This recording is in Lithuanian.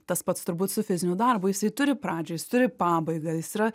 tas pats turbūt su fiziniu darbu jisai turi pradžią jis turi pabaigą jis yra